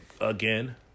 again